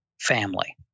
family